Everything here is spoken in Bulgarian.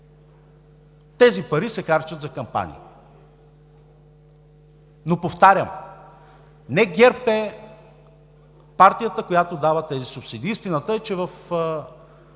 Тези пари се харчат за кампании. Но повтарям, не ГЕРБ е партията, която дава тези субсидии. Истината е, мисля,